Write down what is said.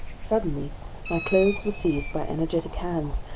suddenly my clothes were seized by energetic hands,